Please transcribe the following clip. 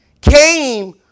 came